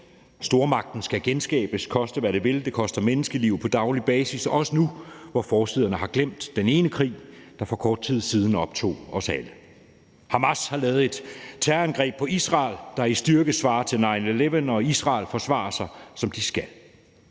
stormagten skal genskabes, koste hvad det vil. Det koster menneskeliv på daglig basis, også nu, hvor forsiderne har glemt den ene krig, der for kort tid siden optog os alle. Hamas har lavet et terrorangreb på Israel, der i styrke svarer til 9/11, og Israel forsvarer sig, som de skal.